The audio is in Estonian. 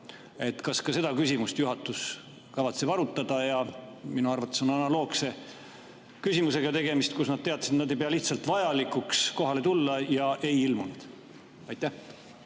Kas ka seda küsimust juhatus kavatseb arutada? Minu arvates on analoogse küsimusega tegemist: nad ei pidanud lihtsalt vajalikuks kohale tulla ja ei ilmunudki